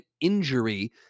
injury